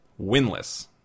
winless